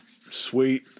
sweet